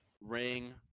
ring